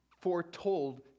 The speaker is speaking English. foretold